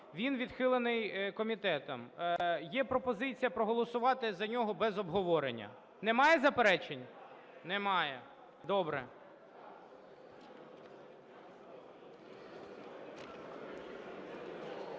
Він відхилений комітетом. Є пропозиція проголосувати за нього без обговорення. Немає заперечень? Немає. Добре.